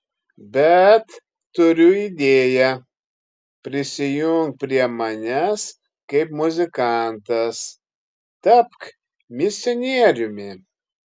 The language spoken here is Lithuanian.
bet turiu idėją prisijunk prie manęs kaip muzikantas tapk misionieriumi